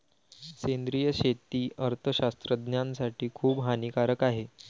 सेंद्रिय शेती अर्थशास्त्रज्ञासाठी खूप हानिकारक आहे